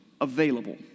available